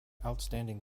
outstanding